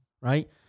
right